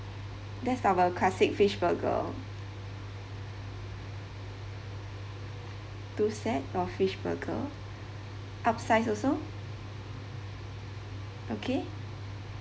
that's our classic fish burger two set fish burger upsize also okay